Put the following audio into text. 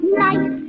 night